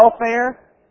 welfare